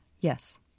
Yes